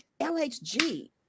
LHG